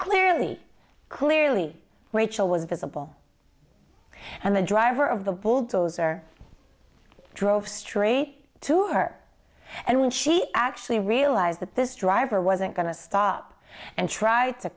clearly clearly rachel was visible and the driver of the bulldozer drove straight to her and when she actually realized that this driver wasn't going to stop and tr